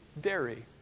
dairy